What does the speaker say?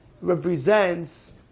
Represents